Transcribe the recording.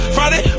Friday